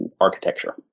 architecture